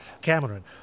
Cameron